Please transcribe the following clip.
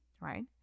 right